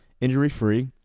injury-free